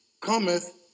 cometh